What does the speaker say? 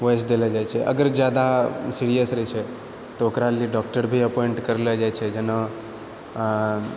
ओएहसँ देलो जाइत छै अगर जादा सीरियस रहैत छै तऽ ओकरा लिअऽ डॉक्टर भी अपॉइंट करलो जाइत छै जेना